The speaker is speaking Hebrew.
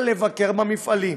אלא לבקר במפעלים.